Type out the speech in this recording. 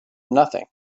nothing